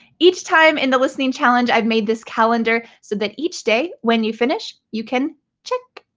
each time in the listening challenge i've made this calendar so that each day when you finish you can check,